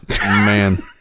man